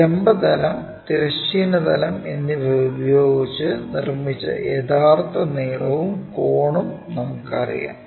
ലംബ തലം തിരശ്ചീന തലം എന്നിവ ഉപയോഗിച്ച് നിർമ്മിച്ച യഥാർത്ഥ നീളവും കോണും നമുക്കറിയാം